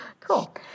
Cool